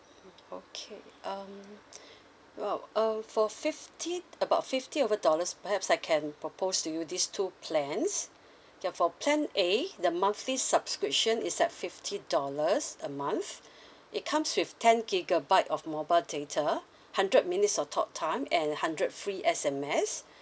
okay um well uh for fifty about fifty over dollars perhaps I can propose to you this two plans ya for plan A the monthly subscription is at fifty dollars a month it comes with ten gigabyte of mobile data hundred minutes of talk time and hundred free S_M_S